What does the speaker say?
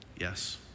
Yes